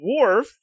dwarf